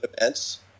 events